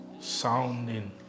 sounding